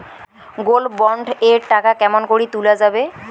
Gold bond এর টাকা কেমন করি তুলা যাবে?